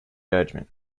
judgment